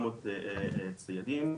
ציידים.